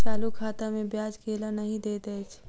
चालू खाता मे ब्याज केल नहि दैत अछि